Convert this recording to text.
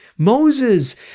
Moses